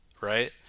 right